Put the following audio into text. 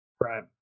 Right